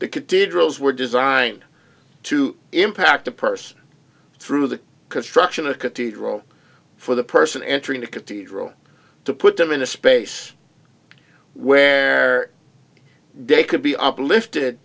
drills were designed to impact a person through the construction of a cathedral for the person entering the cathedral to put them in a space where they could be uplifted